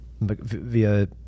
via